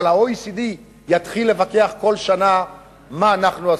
אבל ה-OECD יתחיל לבקר כל שנה מה אנחנו עשינו.